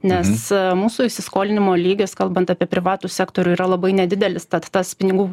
nes mūsų įsiskolinimo lygis kalbant apie privatų sektorių yra labai nedidelis tad tas pinigų